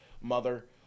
mother